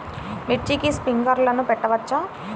మిర్చికి స్ప్రింక్లర్లు పెట్టవచ్చా?